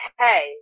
hey